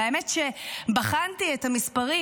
והאמת היא שבחנתי את המספרים,